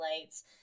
Lights